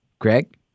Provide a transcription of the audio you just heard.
Greg